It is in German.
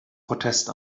protest